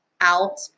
out